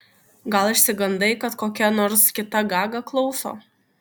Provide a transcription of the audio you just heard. gal išsigandai kad kokia nors kita gaga klauso